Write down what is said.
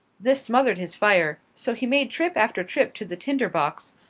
this smothered his fire, so he made trip after trip to the tinder box,